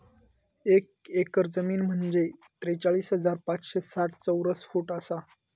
एक एकर जमीन म्हंजे त्रेचाळीस हजार पाचशे साठ चौरस फूट आसा